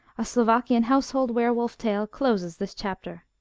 a slovakian household were-wolf tale closes this chapter.